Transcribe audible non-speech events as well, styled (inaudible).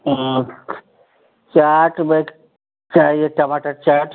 हाँ चाट (unintelligible) चाहिए टमाटर चाट